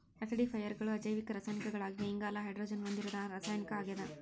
ಆಸಿಡಿಫೈಯರ್ಗಳು ಅಜೈವಿಕ ರಾಸಾಯನಿಕಗಳಾಗಿವೆ ಇಂಗಾಲ ಹೈಡ್ರೋಜನ್ ಹೊಂದಿರದ ರಾಸಾಯನಿಕ ಆಗ್ಯದ